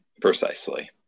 precisely